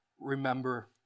remember